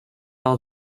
all